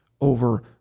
over